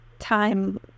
time